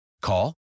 call